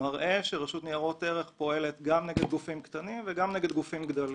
מראה שרשות ניירות ערך פועלת נגד גופים קטנים ונגד גופים גדולים.